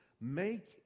make